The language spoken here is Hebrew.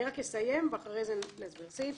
אני רק אסיים ואחרי זה נסביר.